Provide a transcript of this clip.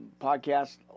podcast